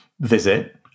visit